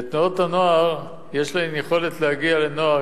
תנועות הנוער יש להן יכולת להגיע לנוער,